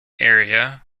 area